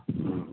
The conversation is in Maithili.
हम्म हम्म